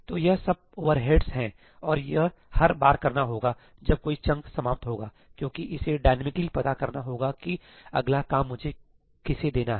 तो यह सब ओवरहेड्स है और यह हर बार करना होगा जब कोई चंक समाप्त होगा क्योंकि इसे डायनामिकली पता करना होगा कि अगला काम मुझे किसे देना है